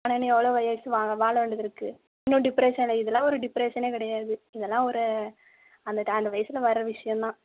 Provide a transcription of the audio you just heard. இன்னும் எவ்வளோ வயசு வா வாழ வேண்டியது இருக்குது இன்னும் டிப்ரெஷன்னு இதெல்லாம் ஒரு டிப்ரெஷன்னே கிடையாது இதெல்லாம் ஒரு அந்த ட அந்த வயசில் வர விஷயம் தான்